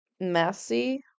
messy